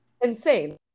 insane